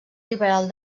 liberal